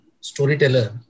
storyteller